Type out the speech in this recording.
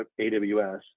AWS